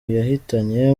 yahitanye